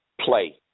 play